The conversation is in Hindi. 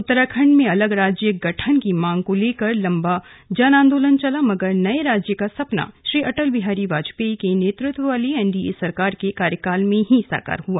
उत्तराखंड में अलग राज्य गठन की मांग को लेकर लंबा जनांदोलन चला मगर नए राज्य का सपना अटल बिहारी वाजपेयी के नेतृत्व वाली एनडीए सरकार के कार्यकाल में साकार हुआ